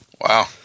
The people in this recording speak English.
Wow